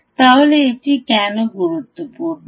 তাহলে এটা কেন গুরুত্বপূর্ণ